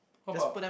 what about